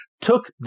took